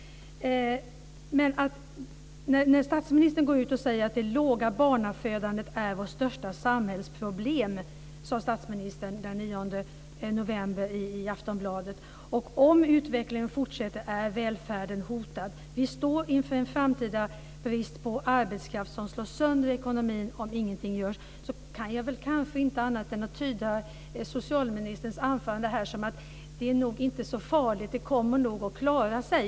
Statsministern går ut och säger att det låga barnafödandet är vårt största samhällsproblem. Det sade han den 9 november i Aftonbladet, och fortsatte: Om utvecklingen fortsätter är välfärden hotad. Vi står inför en framtida brist på arbetskraft som slår sönder ekonomin om ingenting görs. Jag kan inte annat än att tyda socialministerns anförande här som att det nog inte är så farligt och att det nog kommer att klara sig.